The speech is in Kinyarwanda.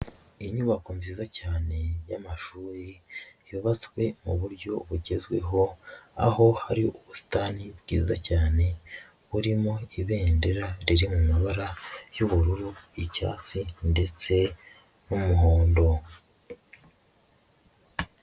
Inyubako nziza cyane y'amashuri yubatswe mu buryo bugezweho, aho hari ubusitani bwiza cyane burimo ibendera riri mu mabara y'ubururu, icyatsi ndetse n'umuhondo.